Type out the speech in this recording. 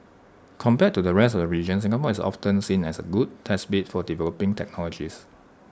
compared to the rest of region Singapore is often seen as A good test bed for developing technologies